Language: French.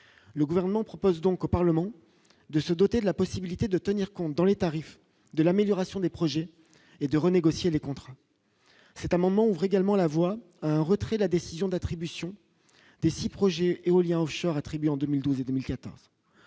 le gouvernement propose donc au Parlement de se doter de la possibilité de tenir compte dans les tarifs de l'amélioration des projets et de renégocier les contrats, cet amendement ouvre également la voie à un retrait de la décision d'attribution des 6 projets éoliens Offshore attribué en 2012 et 2014,